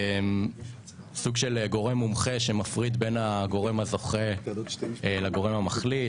סוג של גורם מומחה שמפריד בין הגורם הזוכה לגורם המחליט,